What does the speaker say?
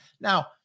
Now